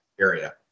area